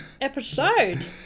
episode